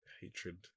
hatred